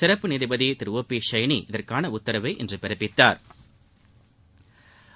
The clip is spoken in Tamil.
சிறப்பு நீதிபதி திரு ஒ பி சைனி இதற்கான உத்தரவை இன்று பிறப்பித்தாா்